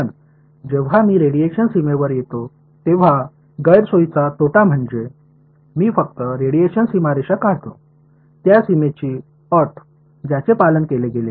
पण जेव्हा मी रेडिएशन सीमेवर येतो तेव्हा गैरसोयीचा तोटा म्हणजे मी फक्त रेडिएशन सीमारेषा काढतो त्या सीमेची अट ज्याचे पालन केले गेले